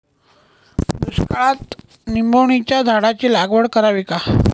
दुष्काळात निंबोणीच्या झाडाची लागवड करावी का?